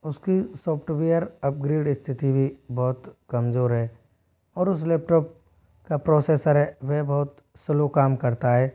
उसकी software upgrade स्थिति भी बहुत कमजोर है और उस लैपटॉप का प्रोसेसर है वह बहुत स्लो काम करता है